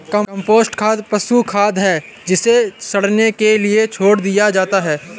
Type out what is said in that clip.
compost खाद पशु खाद है जिसे सड़ने के लिए छोड़ दिया जाता है